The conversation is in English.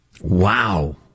Wow